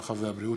הרווחה והבריאות.